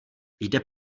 jde